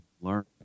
learn